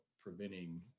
preventing